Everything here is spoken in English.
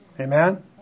Amen